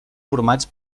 formats